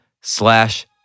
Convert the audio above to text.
slash